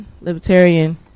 Libertarian